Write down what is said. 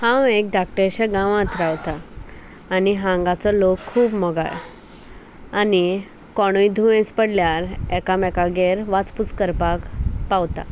हांव एक धाकटेशा गांवांत रावतां आनी हांगाचो लोक खूब मोगाळ आनी कोणूय दुयेंस पडल्यार एकामेकागेर वाचपूस करपाक पावता